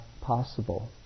possible